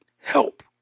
help